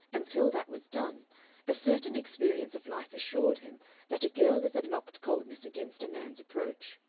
until that was done a certain experience of life assured him that a girl is a locked coldness against a man's approach.